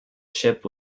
ship